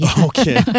Okay